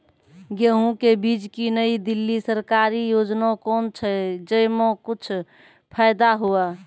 गेहूँ के बीज की नई दिल्ली सरकारी योजना कोन छ जय मां कुछ फायदा हुआ?